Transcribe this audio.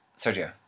Sergio